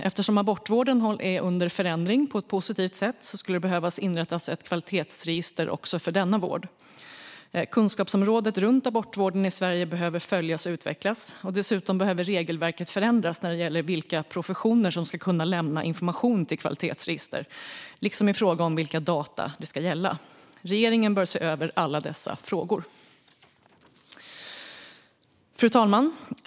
Eftersom abortvården är under förändring, på ett positivt sätt, skulle det behöva inrättas ett kvalitetsregister också för denna vård. Kunskapsområdet runt abortvården i Sverige behöver följas och utvecklas. Dessutom behöver regelverket förändras när det gäller vilka professioner som ska kunna lämna information till kvalitetsregister liksom i fråga om vilka data det ska gälla. Regeringen bör se över alla dessa frågor. Fru talman!